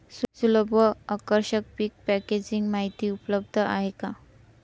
सुलभ व आकर्षक पीक पॅकेजिंग माहिती उपलब्ध आहे का?